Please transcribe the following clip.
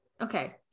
okay